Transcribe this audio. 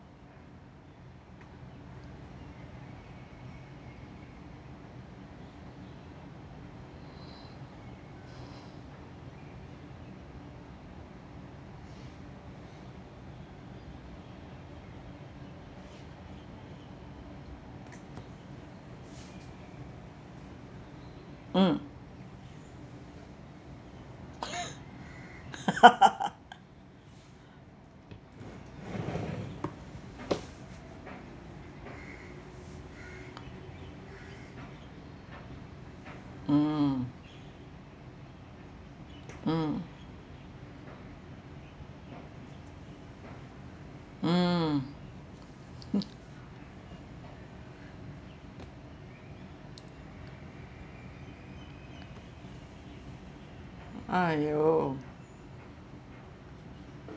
mm mm mm mm !aiyo!